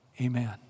amen